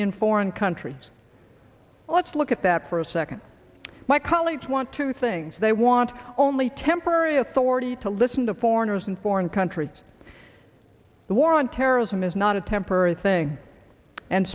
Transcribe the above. in foreign countries let's look at that for a second my colleagues want to things they want only temporary authority to listen to foreigners in foreign countries the war on terrorism is not a temporary thing and